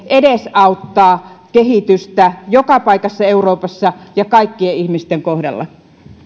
edesauttaa kehitystä joka paikassa euroopassa ja kaikkien ihmisten kohdalla